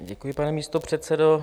Děkuji, pane místopředsedo.